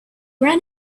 ran